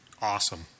Awesome